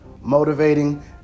motivating